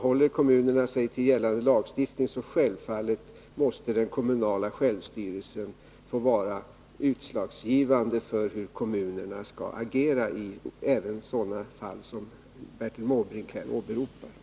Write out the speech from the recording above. Håller sig kommunerna till gällande lagstiftning, måste den kommunala självstyrelsen givetvis få vara utslagsgivande för kommunernas agerande även i sådana fall som Bertil Måbrink här har tagit upp.